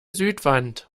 südwand